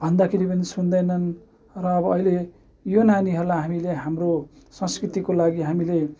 भन्दाखेरि पनि सुन्दैनन् र अब अहिले यो नानीहरूलाई हामीले हाम्रो संस्कृतिको लागि हामीले